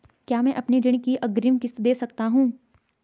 क्या मैं अपनी ऋण की अग्रिम किश्त दें सकता हूँ?